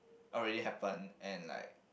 already happened and like